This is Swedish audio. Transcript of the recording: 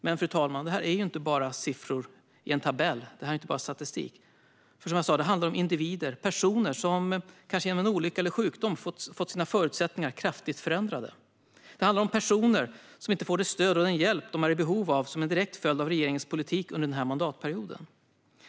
Men, fru talman, det är inte bara fråga om siffror i en tabell - inte bara statistik. Det handlar om individer, personer, som kanske genom en olycka eller sjukdom fått sina förutsättningar kraftigt förändrade. Det handlar om personer som inte får det stöd och den hjälp de är i behov av som en direkt följd av regeringens politik under denna mandatperiod.